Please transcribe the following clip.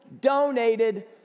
donated